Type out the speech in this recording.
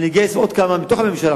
אני אגייס עוד כמה מתוך הממשלה,